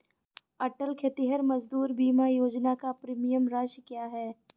अटल खेतिहर मजदूर बीमा योजना की प्रीमियम राशि क्या है?